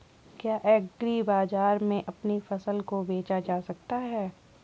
क्या एग्रीबाजार में अपनी फसल को बेचा जा सकता है?